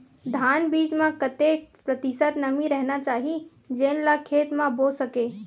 धान बीज म कतेक प्रतिशत नमी रहना चाही जेन ला खेत म बो सके?